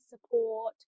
support